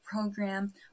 program